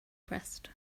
pressed